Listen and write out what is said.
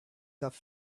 have